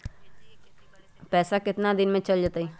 पैसा कितना दिन में चल जतई?